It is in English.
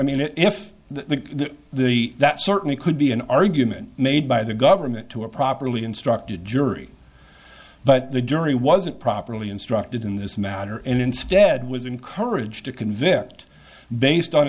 it if the the that certainly could be an argument made by the government to a properly instructed jury but the jury wasn't properly instructed in this matter and instead was encouraged to convict based on